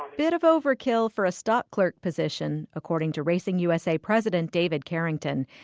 bit of overkill for a stock clerk position, according to racing usa president david carrington.